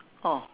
oh